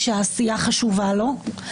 שהעשייה חשובה לו,